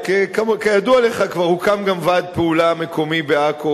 רק כידוע לך, כבר הוקם ועד פעולה מקומי בעכו